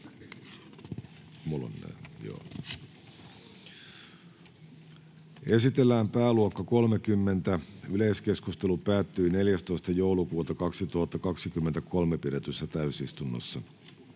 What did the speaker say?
Esitellään pääluokka 30. Yleiskeskustelu päättyi 14.12.2023 pidetyssä täysistunnossa.